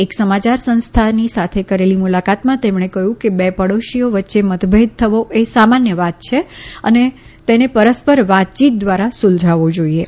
એક સમાચાર સંસ્થાની સાથે કરેલી મુલાકાતમાં તેમણે કહ્યું કે બે પડોશીઓ વચ્ચે મતભેદ થવો એ સામાન્ય વાત છે અને તેન પરસ્પર વાતચીત દ્વારા સૂલઝાવવી જોઈએ